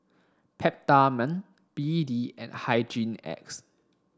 Peptamen B D and Hygin X